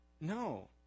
No